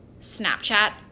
Snapchat